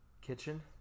Kitchen